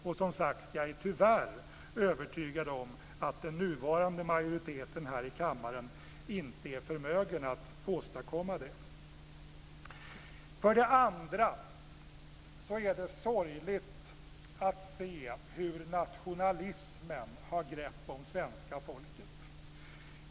Och, som sagt, jag är tyvärr övertygad om att den nuvarande majoriteten här i kammaren inte är förmögen att åstadkomma det. Det andra är att det är sorgligt att se hur nationalismen har grepp om svenska folket.